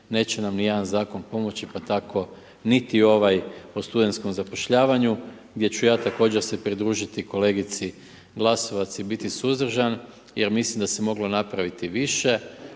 neće nam ni jedan zakon pomoći, pa tako niti ovaj o studentskom zapošljavanju gdje ću ja također se pridružiti kolegici Glasovac i biti suzdržan jer mislim da se moglo napraviti više.